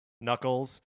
Knuckles